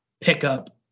pickup